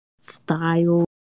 style